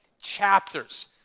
chapters